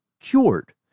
cured